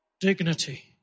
dignity